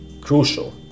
crucial